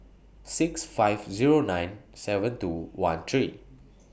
six five Zero nine seven two one three